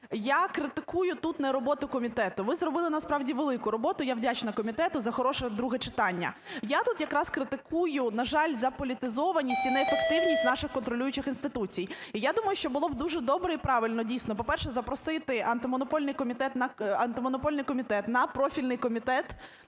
я критикую тут не роботу комітету. Ви зробили насправді велику роботу, я вдячна комітету за хороше друге читання. Я тут якраз критикую, на жаль, заполітизованість і неефективність наших контролюючих інституцій. І я думаю, що було б дуже добре і правильно дійсно, по-перше, запросити Антимонопольний комітет на профільний комітет